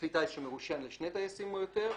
כלי טיס שמרושיין לשני טייסים או יותר,